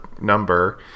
number